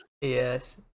yes